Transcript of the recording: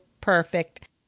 perfect